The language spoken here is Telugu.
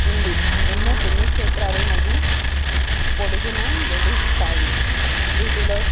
ఉంది ఎన్నో పుణ్యక్షేత్రాలు నది పొడుగున వెలుస్తాయి వీటిలో